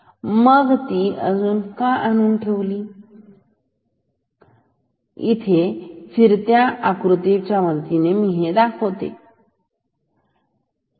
मग मी अजून इथे एका फिरत्या आकृती च्या मदतीने हे काढतो